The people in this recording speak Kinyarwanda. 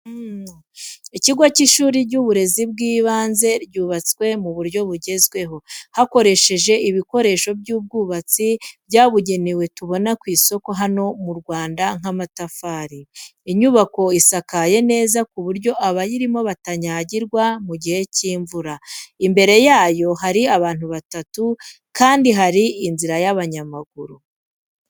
Ikigo cy’ishuri ry’uburezi bw’ibanze, ryubatswe mu buryo bugezweho, hakoreshejwe ibikoresho by’ubwubatsi byabugenewe tubona ku isoko hano mu Rwanda nk'amatafari. Inyubako isakaye neza ku buryo abayirimo batanyagirwa mu gihe cy’imvura. Imbere yayo hari abantu batatu kandi hari inzira y'abanyamaguru.